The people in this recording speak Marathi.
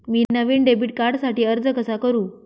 मी नवीन डेबिट कार्डसाठी अर्ज कसा करु?